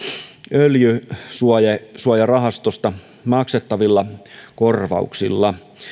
öljysuojarahastosta maksettavilla korvauksilla